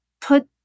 put